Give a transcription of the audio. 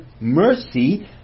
mercy